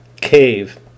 cave